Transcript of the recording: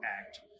Act